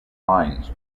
lines